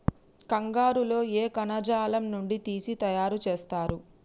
కంగారు లో ఏ కణజాలం నుండి తీసి తయారు చేస్తారు?